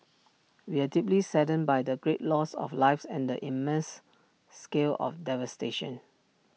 we are deeply saddened by the great loss of lives and the immense scale of devastation